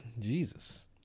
Jesus